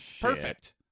perfect